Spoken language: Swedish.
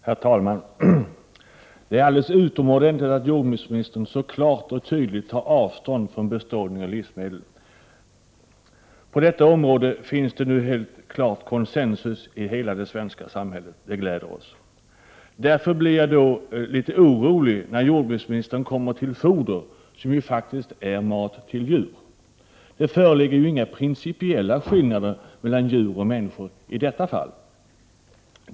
Herr talman! Det är alldeles utomordentligt att jordbruksministern så klart och tydligt tar avstånd från bestrålning av livsmedel. På detta område finns det helt klart konsensus i hela det svenska samhället, och det gläder oss. Därför blir jag litet orolig när jordbruksministern börjar tala om foder, som ju är mat för djur. Det föreligger ju ingen principiell skillnad mellan djur och människor i det avseendet.